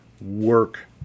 work